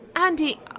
Andy